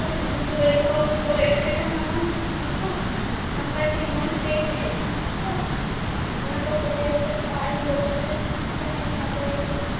ᱵᱩᱜᱤ ᱵᱟᱹᱲᱤᱡ ᱦᱚᱨᱠᱚᱨᱮ ᱮᱴᱠᱮᱴᱚᱬᱮ ᱢᱟ ᱵᱟᱝ ᱦᱩᱭ ᱟᱠᱟᱱᱟ ᱛᱚ ᱱᱟᱯᱟᱭᱛᱮᱜᱮ ᱢᱚᱡᱽᱛᱮᱜᱮᱼᱯᱮ ᱦᱮᱡ ᱟᱠᱟᱱᱟ ᱛᱚ ᱚᱱᱟᱠᱚ ᱠᱩᱞᱤᱭᱟᱛᱮ ᱚᱲᱟᱜᱤᱧ ᱵᱚᱞᱚ ᱠᱟᱛᱮᱱ ᱡᱟᱦᱟᱸᱭ ᱦᱮᱱᱟᱜ ᱫᱟᱹᱭ